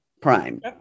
Prime